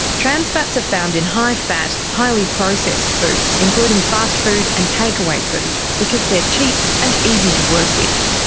trans fats are found in high fat, highly processed foods, including fast food and takeaway food, because they are cheap and easy to work with.